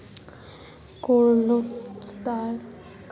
केरलोत ताड़ गाछेर गिनिती करना असम्भव छोक